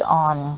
on